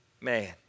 Man